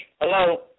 hello